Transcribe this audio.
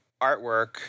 artwork